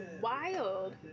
wild